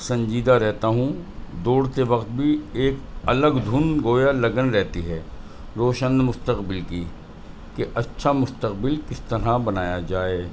سنجیدہ رہتا ہوں دوڑتے وقت بھی ایک الگ دھن گویا لگن رہتی ہے روشن مستقبل کی کہ اچھا مستقبل کس طرح بنایا جائے